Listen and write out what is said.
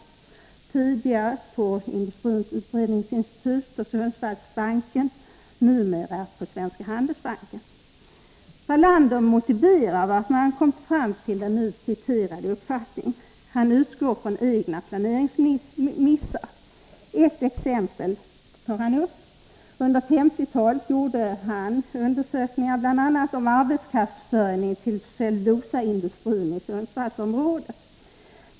Han var tidigare på Industrins utredningsinstitut och Sundsvallsbanken, numera är han på Svenska Handelsbanken. Wallander motiverar hur han har kommit fram till denna uppfattning. Han utgår från egna planeringsmissar. Han ger bl.a. det här exemplet. Under 1950-talet gjorde han undersökningar om bl.a. arbetskraftsförsörjning till cellulosaindustrin i Sundsvallsområdet.